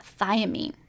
thiamine